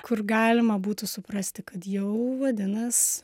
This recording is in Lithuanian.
kur galima būtų suprasti kad jau vadinas